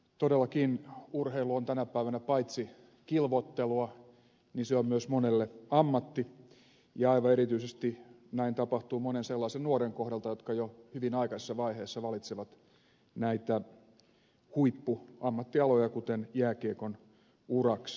todellakin urheilu on tänä päivänä paitsi kilvoittelua myös monelle ammatti ja aivan erityisesti näin tapahtuu monen sellaisen nuoren kohdalla jotka jo hyvin aikaisessa vaiheessa valitsevat näitä huippuammattialoja kuten jääkiekon urakseen